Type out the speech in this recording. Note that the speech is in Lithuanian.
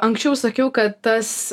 anksčiau sakiau kad tas